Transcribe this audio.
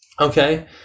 okay